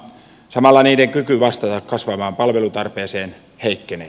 samalla niiden kyky vastata kasvavaan palvelutarpeeseen heikkenee